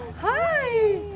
Hi